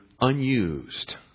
unused